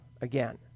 again